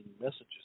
messages